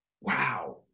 Wow